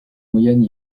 moyenne